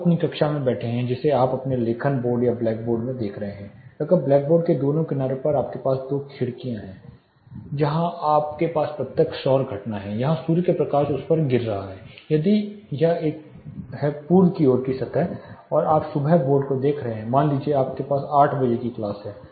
आप अपनी कक्षा में बैठे हैं जिसे आप अपने लेखन बोर्ड या ब्लैक बोर्ड में देख रहे हैं अगर ब्लैकबोर्ड के दोनों किनारों पर आपके पास दो खिड़कियां हैं जहां आपके पास प्रत्यक्ष सौर घटना है जहां सूर्य से प्रकाश उस पर गिर रहा है यदि यह एक है पूर्व की ओर की सतह और आप सुबह बोर्ड को देख रहे हैं मान लीजिए कि आपके पास 800 बजे की क्लास है